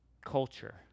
culture